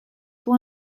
pour